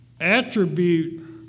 attribute